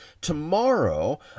Tomorrow